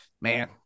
man